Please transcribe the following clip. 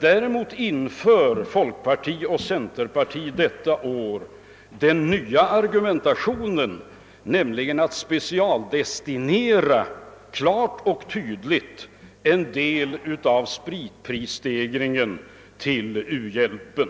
Däremot inför folkparti och centerparti detta år en ny argumentation; de vill nämligen klart och tydligt specialdestinera en del av spritprisstegringen till u-hjälpen.